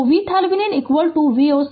तो VThevenin Voc और iNorton i s c